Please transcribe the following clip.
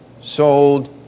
sold